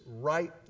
right